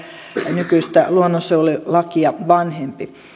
nykyistä luonnonsuojelulakia vanhempi